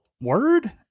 Word